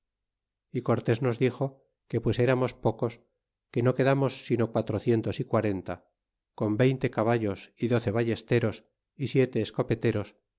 y cortés nos dixo que pues eramos pocos que no quedamos sino quatrocientosy quarenta con veinte caballos y doce ballesteros y siete escopeteros